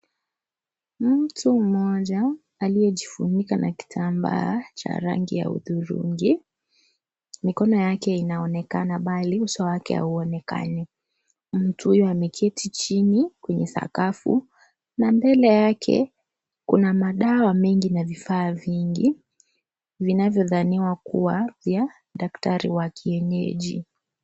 Mtu mmoja aliyejifunika na kitambaa cha rangi ya udhurungi. Mikono yake inaonekana bali uso wake hauonekani. Mtu huyo ameketi chini kwenye sakafu na mbele yake kuna madawa mengi na vifaa vingine. Vinavyodhaniwa kuwa vya daktari wa kienyeji.